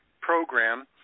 program